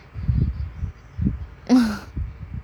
ya